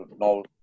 no